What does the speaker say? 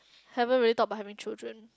haven't really talk about having children